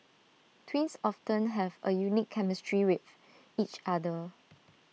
twins often have A unique chemistry with each other